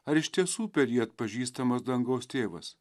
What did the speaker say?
ar iš tiesų per jį atpažįstamas dangaus tėvas